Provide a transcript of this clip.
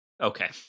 Okay